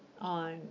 on